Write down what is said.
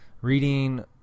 reading